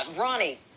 Ronnie